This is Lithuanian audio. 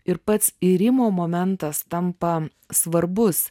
ir pats irimo momentas tampa svarbus